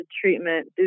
treatment